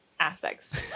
aspects